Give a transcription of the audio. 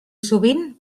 sovint